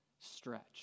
stretch